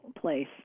place